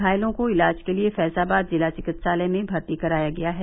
घायलों को इलाज के लिये फैजाबाद जिला चिकित्सालय में भर्ती कराया गया है